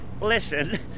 Listen